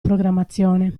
programmazione